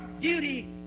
beauty